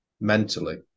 mentally